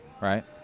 right